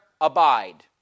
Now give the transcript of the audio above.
abide